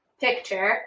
picture